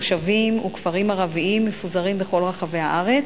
מושבים וכפרים ערביים מפוזרים בכל רחבי הארץ,